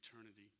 eternity